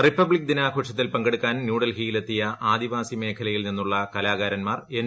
republic ദിനാഘോഷത്തിൽ പങ്കെടുക്കാൻ ന്യൂഡൽഹിയിൽ എത്തിയ ആദിവാസി മേഖലയിൽ നിന്നുള്ള കലാകാരന്മാർ എൻ